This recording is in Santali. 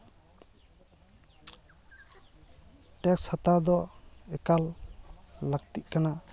ᱴᱮᱠᱥ ᱦᱟᱛᱟᱣ ᱫᱚ ᱮᱠᱟᱞ ᱞᱟᱹᱠᱛᱤᱜ ᱠᱟᱱᱟ